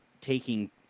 taking